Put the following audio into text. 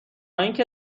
اینکه